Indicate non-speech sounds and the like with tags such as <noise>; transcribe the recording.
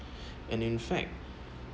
<breath> and in fact